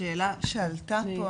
אני אציין שאלה שעלתה פה,